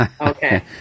Okay